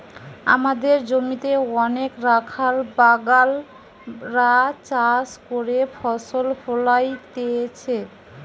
আমদের জমিতে অনেক রাখাল বাগাল রা চাষ করে ফসল ফোলাইতেছে